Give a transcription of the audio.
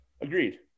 agreed